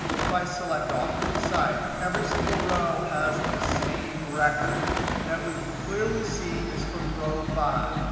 if i select off to the side, every single row has the same record that we can clearly see is from row five.